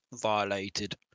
violated